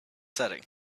setting